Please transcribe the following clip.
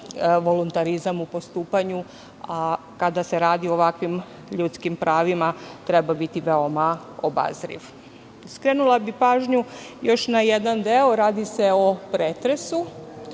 voluntarizam u postupanju, a kada se radi o ovakvim ljudskim pravima treba biti veoma obazriv. Skrenula bih pažnju još na jedan deo, a radi se o pretresu.